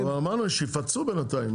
אבל, אמרנו שיפצו בינתיים.